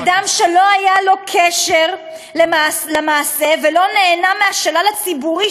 אדם שלא היה לו קשר למעשה ולא נהנה מהשלל הציבורי